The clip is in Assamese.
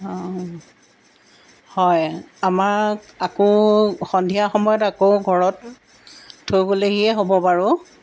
হয় আমাক আকৌ সন্ধিয়া সময়ত আকৌ ঘৰত থৈ গ'লেহিয়ে হ'ব বাৰু